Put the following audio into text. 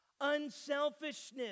unselfishness